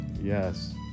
Yes